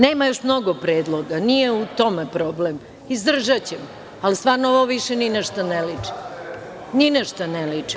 Nema još mnogo predloga, nije u tome problem, izdržaćemo, ali stvarno, ovo više ni na šta ne liči, ni na šta ne liči.